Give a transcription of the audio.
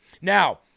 Now